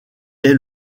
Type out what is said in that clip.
est